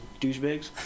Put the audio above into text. douchebags